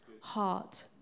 heart